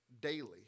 daily